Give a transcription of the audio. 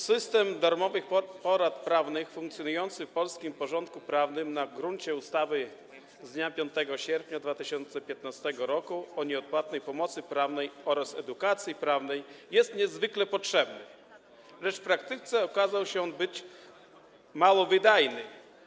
System darmowych porad prawnych funkcjonujący w polskim porządku prawnym na gruncie ustawy z dnia 5 sierpnia 2015 r. o nieodpłatnej pomocy prawnej oraz edukacji prawnej jest niezwykle potrzebny, lecz w praktyce okazał się mało wydajny.